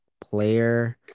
player